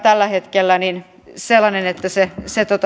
tällä hetkellä sellainen että se se